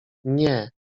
nie